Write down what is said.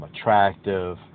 attractive